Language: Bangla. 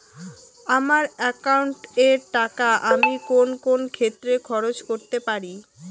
আমার একাউন্ট এর টাকা আমি কোন কোন ক্ষেত্রে খরচ করতে পারি?